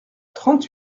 trente